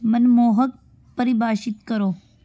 ਮਨਮੋਹਕ ਪਰਿਭਾਸ਼ਿਤ ਕਰੋ